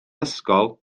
ysgol